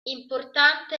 importante